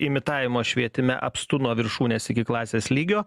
imitavimo švietime apstu nuo viršūnės iki klasės lygio